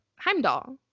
Heimdall